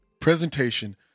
Presentation